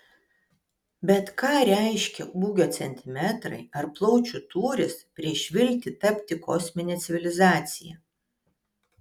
bet ką reiškia ūgio centimetrai ar plaučių tūris prieš viltį tapti kosmine civilizacija